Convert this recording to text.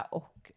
och